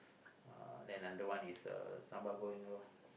uh then another one is uh sambal goreng loh